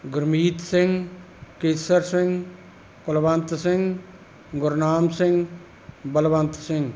Gurmeet Singh Kesar Singh Kulwant Singh Gurnam Singh Balwant Singh